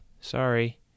sorry